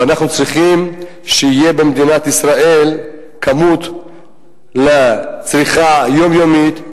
אנחנו צריכים שתהיה במדינת ישראל כמות לצריכה יומיומית,